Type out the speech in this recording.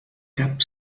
cap